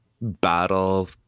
battle